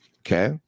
Okay